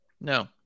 No